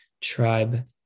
tribe